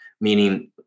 meaning